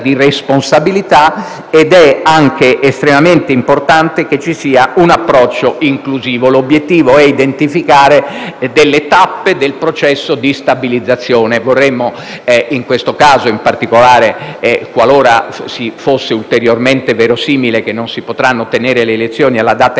di responsabilità; è anche estremamente importante che ci sia un approccio inclusivo. L'obiettivo è identificare le tappe del processo di stabilizzazione. In questo caso, in particolare, qualora fosse ulteriormente verosimile che non si potranno tenere le elezioni alla data